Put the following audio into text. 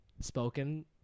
spoken